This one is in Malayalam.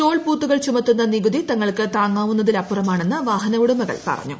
ടോൾ ബൂത്തുകൾ ചുമത്തുന്ന നികുതി തങ്ങൾക്ക് താങ്ങാവുന്നതിൽ അപ്പുറമാണെന്ന് വാഹന ഉടമകൾ പറഞ്ഞു